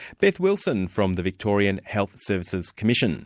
beth wilson from the victorian health services commission.